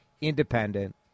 independent